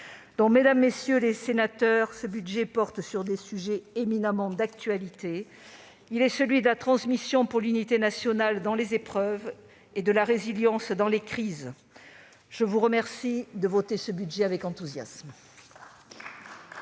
1996. Mesdames, messieurs les sénateurs, ce budget porte sur des sujets éminemment d'actualité : il est celui de la transmission pour l'unité nationale dans les épreuves et de la résilience dans les crises. Je vous remercie de le voter avec enthousiasme.